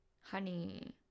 Honey